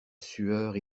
sueur